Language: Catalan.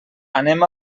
anem